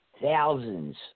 thousands